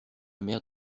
mère